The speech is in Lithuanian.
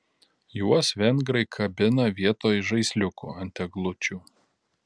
juos vengrai kabina vietoj žaisliukų ant eglučių